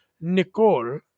Nicole